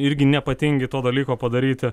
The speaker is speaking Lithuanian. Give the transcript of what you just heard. irgi nepatingi to dalyko padaryti